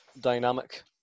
dynamic